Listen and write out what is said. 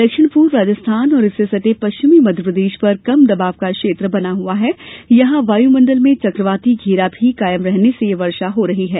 दक्षिण पूर्व राजस्थान और इससे सटे पश्चिमी मध्यप्रदेश पर कम दबाव का क्षेत्र बना हआ है तथा वायुमंडल में चक्रवाती घेरा भी कायम रहने से यह वर्षा हो रही है